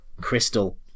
Crystal